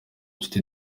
nshuti